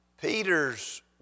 Peter's